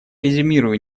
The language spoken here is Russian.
резюмирую